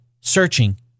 searching